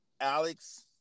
Alex